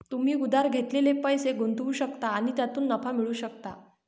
तुम्ही उधार घेतलेले पैसे गुंतवू शकता आणि त्यातून नफा मिळवू शकता